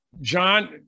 John